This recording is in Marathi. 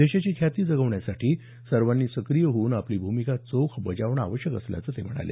देशाची ख्याती जगवण्यासाठी सर्वांनी सक्रीय होऊन आपली भूमिका चोख बजावणं आवश्यक असल्याचं ते म्हणाले